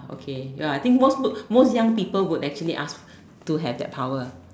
okay ya I think most book most young people will actually ask to have that power ya